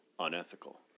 Unethical